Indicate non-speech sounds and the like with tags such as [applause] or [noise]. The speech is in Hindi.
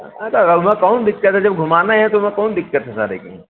अरे [unintelligible] कौन दिक़्क़त है जब घुमाने है तो उस में कौन दिक़्क़त है जाने की